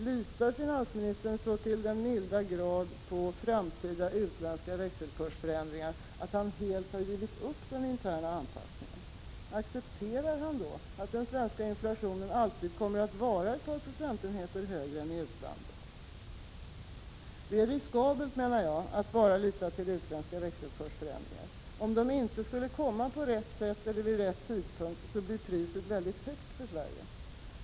Litar finansministern så till den milda grad på framtida utländska växelkursförändringar att han helt har givit upp den interna anpassningen? Accepterar han att den svenska inflationen alltid kommer att vara ett par procentenheter högre än i utlandet? Det är riskabelt, menar jag, att bara lita till utländska växelkursförändringar. Om de inte skulle komma på rätt sätt eller vid rätt tidpunkt blir priset mycket högt för Sverige.